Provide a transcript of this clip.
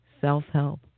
self-help